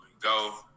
Go